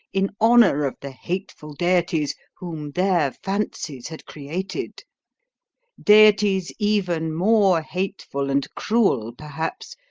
in honour of the hateful deities whom their fancies had created deities even more hateful and cruel, perhaps,